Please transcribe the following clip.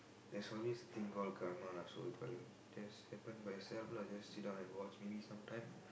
there's always a thing call karma lah so it will just happen by itself lah just sit down and watch maybe sometime